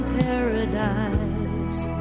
paradise